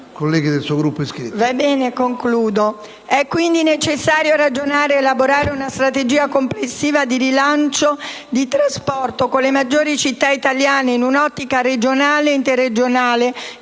È quindi necessario ragionare ed elaborare una strategia complessiva di rilancio del trasporto nelle maggiori città italiane, in un'ottica regionale e interregionale